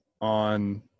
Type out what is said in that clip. on